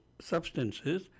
substances